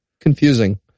confusing